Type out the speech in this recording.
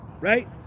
right